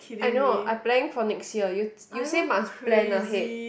I know I planning for next year you you said must plan ahead